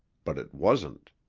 but it wasn't.